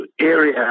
area